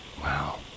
Wow